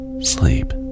sleep